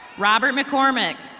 robert mccormick.